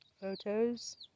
photos